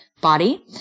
body